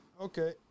Okay